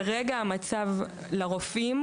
כרגע המצב לרופאים,